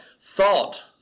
thought